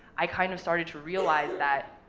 i kind of started to realize that,